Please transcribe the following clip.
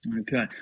Okay